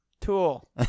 Tool